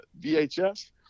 VHS